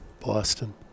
Boston